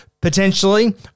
potentially